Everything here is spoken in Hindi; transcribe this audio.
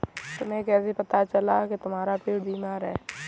तुम्हें कैसे पता लगा की तुम्हारा पेड़ बीमार है?